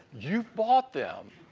you've bought them.